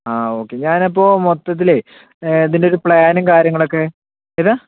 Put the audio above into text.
ആ ഓക്കെ ഞാനപ്പോൾ മൊത്തത്തിലെ ഇതിൻ്റെ ഒരു പ്ലാനും കാര്യങ്ങളുമൊക്കെ ഏതാ